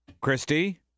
Christy